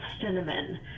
cinnamon